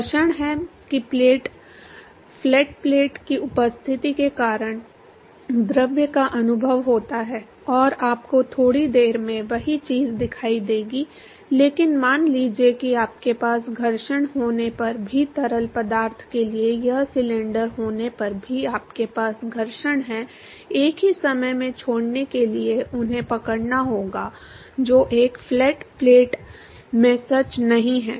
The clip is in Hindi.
घर्षण है कि फ्लैट प्लेट की उपस्थिति के कारण द्रव का अनुभव होता है और आपको थोड़ी देर में वही चीज़ दिखाई देगी लेकिन मान लीजिए कि आपके पास घर्षण होने पर भी तरल पदार्थ के लिए यह सिलेंडर होने पर भी आपके पास घर्षण है एक ही समय में छोड़ने के लिए उन्हें पकड़ना होगा जो एक फ्लैट प्लेट में सच नहीं है